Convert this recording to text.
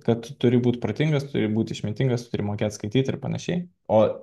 kad turi būt protingas turi būt išmintingas turi mokėt skaityti ir panašiai o